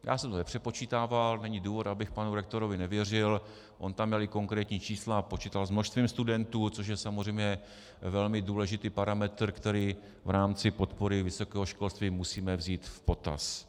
Já jsem to nepřepočítával, není důvod, abych panu rektorovi nevěřil, on tam měl i konkrétní čísla a počítal s množstvím studentů, což je samozřejmě velmi důležitý parametr, který v rámci podpory vysokého školství musíme vzít v potaz.